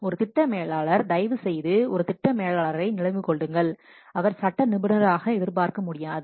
ஒரு திட்ட மேலாளர் தயவுசெய்து ஒரு திட்ட மேலாளரை நினைவில் கொள்ளுங்கள் அவர் சட்ட நிபுணராக எதிர்பார்க்க முடியாது